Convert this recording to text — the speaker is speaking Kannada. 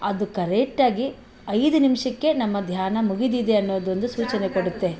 ಅದು ಕರೆಕ್ಟಾಗಿ ಐದು ನಿಮಿಷಕ್ಕೆ ನಮ್ಮ ಧ್ಯಾನ ಮುಗಿದಿದೆ ಅನ್ನೋದೊಂದು ಸೂಚನೆ ಕೊಡುತ್ತೆ